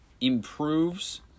improves